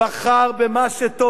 בחר במה שטוב לו,